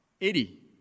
Eddie